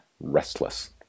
Restless